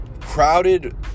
crowded